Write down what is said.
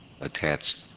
attached